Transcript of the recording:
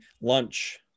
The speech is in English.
lunch